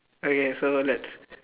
okay so let's